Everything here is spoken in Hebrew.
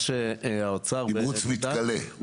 תמרוץ מתכלה.